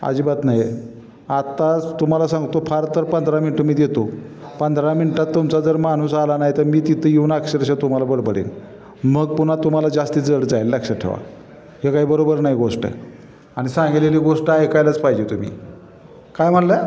अजिबात नाही आत्ताच तुम्हाला सांगतो फार तर पंधरा मिनटं मी देतो पंधरा मिनटात तुमचा जर माणूस आला नाही तर मी तिथं येऊन अक्षरशः तुम्हाला बडबडेन मग पुन्हा तुम्हाला जास्त जड जाईल लक्षात ठेवा हे काही बरोबर नाही गोष्ट आणि सांगितलेली गोष्ट ऐकायलाच पाहिजे तुम्ही काय म्हणला